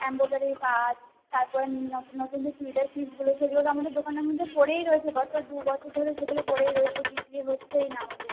এম্ব্রয়ডারির কাজ তারপরে নতুন নতুন যে চুড়িদারের পিসগুলো সেগুলো তো আমাদের দোকানের মধ্যে পড়েই রয়েছে গত দু বছর ধরে সেগুলো পড়েই রয়েছে বিক্রি হচ্ছেই না আমাদের